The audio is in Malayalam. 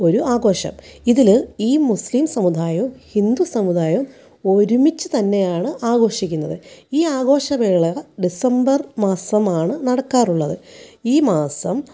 ഒരു ആഘോഷം ഇതിൽ ഈ മുസ്ലിം സമുദായവും ഹിന്ദു സമുദായവും ഒരുമിച്ച് തന്നെയാണ് ആഘോഷിക്കുന്നത് ഈ ആഘോഷവേള ഡിസംബർ മാസമാണ് നടക്കാറുള്ളത് ഈ മാസം